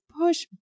Push